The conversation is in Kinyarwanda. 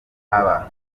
aba